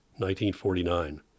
1949